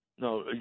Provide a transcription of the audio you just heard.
No